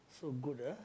so good ah